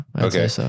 Okay